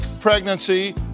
pregnancy